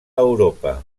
europa